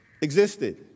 existed